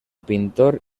pintor